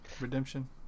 Redemption